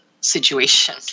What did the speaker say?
situation